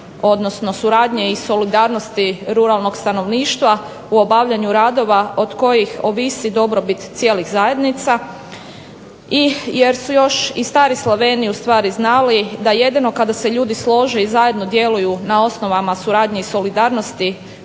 odnosno suradnje i solidarnosti ruralnog stanovništva u obavljanju radova od kojih ovisi dobrobit cijelih zajednica i jer su još i stari Slaveni ustvari znali da jedino kada se ljudi slože i zajedno djeluju na osnovama suradnje i solidarnosti